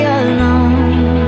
alone